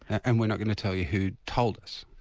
and we're not going to tell you who told us.